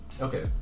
Okay